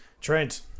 Trent